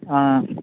ఆ